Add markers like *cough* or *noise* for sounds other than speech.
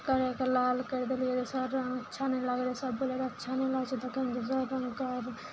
करयके लाल करि देलियइ दोसर रङ्ग अच्छा नहि लागलइ सब बोलय रहय अच्छा नहि लागय छै *unintelligible*